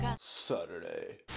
Saturday